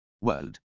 World